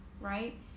right